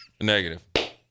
Negative